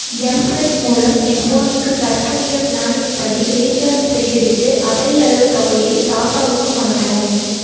mSwipe மூலம் என் ஃபோனுக்கு தற்போதைய ப்ளானின் படி ரீசார்ஜ் செய்துவிட்டு அதேயளவு தொகையை தாத்தாவுக்கும் அனுப்பவும்